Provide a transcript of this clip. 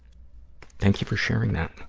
thank you for sharing that.